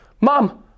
Mom